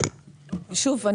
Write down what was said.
שוב,